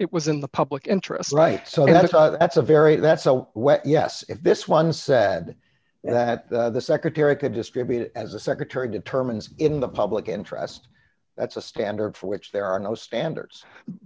it was in the public interest right so that's a that's a very that's so yes if this one said that the secretary could distribute it as the secretary determines in the public interest that's a standard for which there are no standards